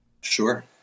Sure